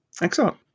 Excellent